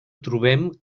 trobem